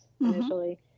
initially